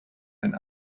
den